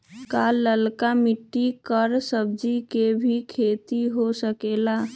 का लालका मिट्टी कर सब्जी के भी खेती हो सकेला?